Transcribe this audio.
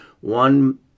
one